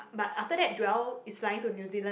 but after that Joel is flying to New Zealand